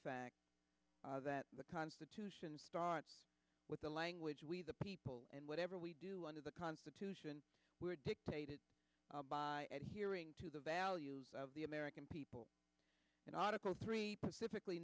fact that the constitution starts with the language we the people and whatever we do under the constitution were dictated by a hearing to the value of the american people in article three pacific